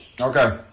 Okay